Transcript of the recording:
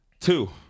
two